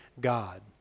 God